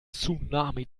tsunami